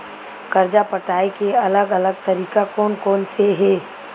कर्जा पटाये के अलग अलग तरीका कोन कोन से हे?